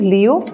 Leo